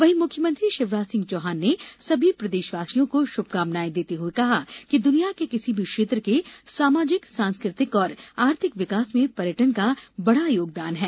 वहीं मुख्यमंत्री शिवराज सिंह चौहान ने सभी प्रदेशवासियों को शुभकामनाएं देते हुए कहा कि दुनिया के किसी भी क्षेत्र के सामाजिक सांस्कृतिक और आर्थिक विकास में पर्यटन का बड़ा योगदान है